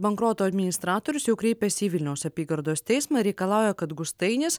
bankroto administratorius jau kreipėsi į vilniaus apygardos teismą ir reikalauja kad gustainis